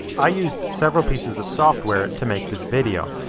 i used several pieces of software to make this video,